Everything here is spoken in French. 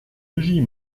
logis